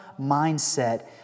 mindset